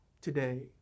today